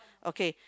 okay